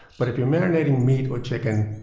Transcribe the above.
but if you're marinating meat or chicken,